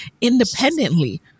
independently